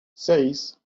seis